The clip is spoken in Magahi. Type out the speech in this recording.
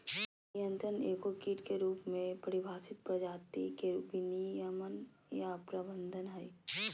कीट नियंत्रण एगो कीट के रूप में परिभाषित प्रजाति के विनियमन या प्रबंधन हइ